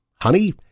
Honey